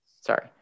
sorry